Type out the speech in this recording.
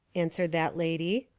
answered that lady.